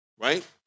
right